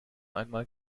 einmal